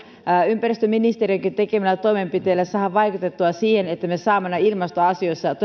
ympäristöministeriömmekin tekemillä toimenpiteillä saadaan vaikutettua siihen että me saamme näissä ilmastoasioissa todella